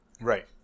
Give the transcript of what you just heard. Right